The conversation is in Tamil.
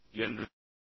நபர்